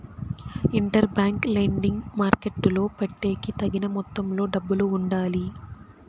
inter bank lending మార్కెట్టులో పెట్టేకి తగిన మొత్తంలో డబ్బులు ఉండాలి